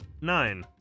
Nine